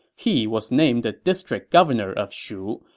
he was named the district governor of shu,